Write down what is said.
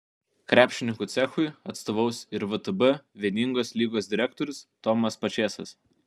krepšininkų cechui atstovaus ir vtb vieningosios lygos direktorius tomas pačėsas